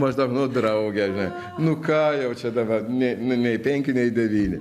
maždaug nuo drauge žinai nu ką jau čia dabar nei nu nei penki nei devyni